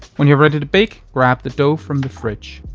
when you're ready to bake grab the dough from the fridge.